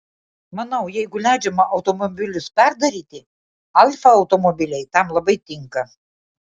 manau jeigu leidžiama automobilius perdaryti alfa automobiliai tam labai tinka